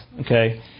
okay